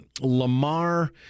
Lamar